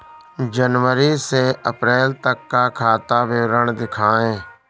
जनवरी से अप्रैल तक का खाता विवरण दिखाए?